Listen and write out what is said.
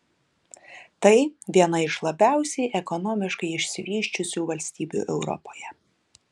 tai viena iš labiausiai ekonomiškai išsivysčiusių valstybių europoje